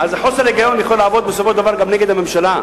אז חוסר היגיון יכול לעבוד בסופו של דבר גם נגד הממשלה.